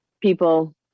people